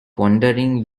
wondering